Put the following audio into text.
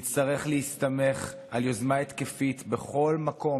נצטרך להסתמך על יוזמה התקפית בכל מקום